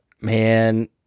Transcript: man